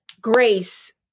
grace